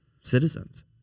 citizens